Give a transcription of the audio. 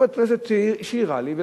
עובד כנסת שהראה לי,